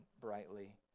brightly